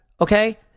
Okay